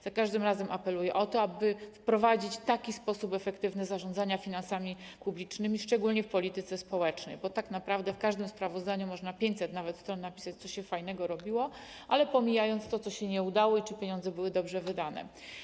Za każdym razem apeluję o to, aby wprowadzić taki efektywny sposób zarządzania finansami publicznymi, szczególnie w polityce społecznej, bo tak naprawdę w każdym sprawozdaniu można nawet na 500 stronach napisać, co się fajnego robiło, ale pomijając to, co się nie udało, i czy pieniądze były dobrze wydane.